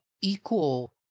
equal